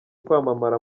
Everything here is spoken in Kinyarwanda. kwamamara